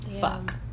fuck